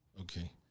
okay